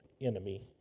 enemy